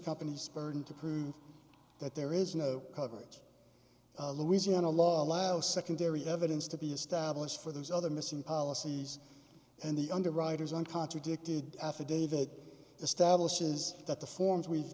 company's burden to prove that there is no coverage a louisiana law allows secondary evidence to be established for those other missing policies and the underwriters and contradicted affidavit establishes that the forms we